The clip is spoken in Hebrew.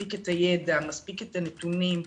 מספיק ידע ונתונים,